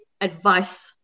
advice